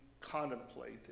contemplate